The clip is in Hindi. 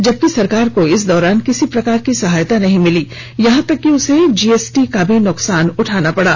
जबकि सरकार को इस दौरान किसी प्रकार की सहायता नहीं मिली यहां तक कि उसे जीएसटी का भी नुकसान उठाना पडा